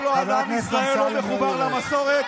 כל עוד עם ישראל לא מחובר למסורת,